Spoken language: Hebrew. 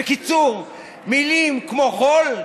בקיצור: מילים כמו חול,